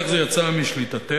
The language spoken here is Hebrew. איך זה יצא משליטתנו